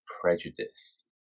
prejudice